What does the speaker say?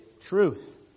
truth